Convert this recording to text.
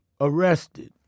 arrested